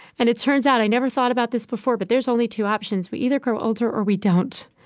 and it turns out i'd never thought about this before, but there's only two options we either grow older, or we don't.